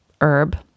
herb